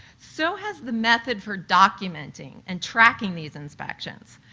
so has the method for documenting and tracking these inspections.